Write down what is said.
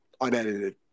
unedited